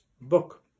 book